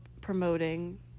promoting